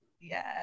Yes